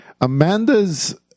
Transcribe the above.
Amanda's